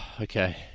okay